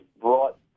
brought